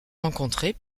rencontrés